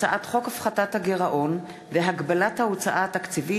הצעת חוק לקביעת יום ראשון כיום מנוחה במקום יום שישי,